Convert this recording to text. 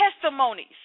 testimonies